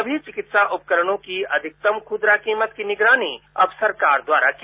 समी चिकित्सा उपकरणों की अधिकतम खुदरा कीमत की निगरानी अब सरकार द्वारा की जाएगी